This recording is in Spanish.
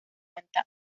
cuenta